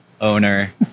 owner